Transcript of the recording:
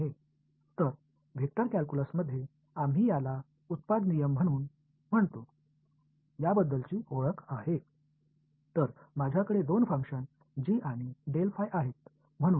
எனவே vector calculus தயாரிப்பு விதி என்று எதை அழைக்கிறோம் என்பதை அடையாளம் காண்க எனவே எனக்கு இரண்டு செயல்பாடுகள் g மற்றும் உள்ளன